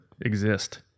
exist